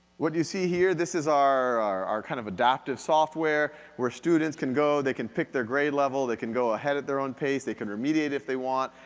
what you see here, this is our our kind of adaptive software, where students can go, they can pick their grade level. they can go ahead at their own pace, they can remediate if they want.